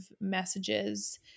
messages